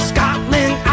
Scotland